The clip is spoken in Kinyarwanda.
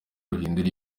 ruhindura